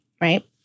right